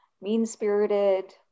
mean-spirited